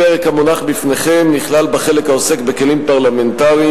הפרק המונח בפניכם נכלל בחלק העוסק בכלים פרלמנטריים,